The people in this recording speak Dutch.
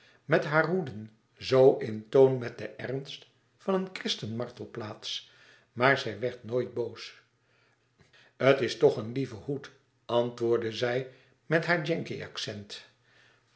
met hare hoeden zoo in toon met de ernst van een christen martelplaats maar zij werd nooit boos t is tch een lieve hoed antwoordde zij met haar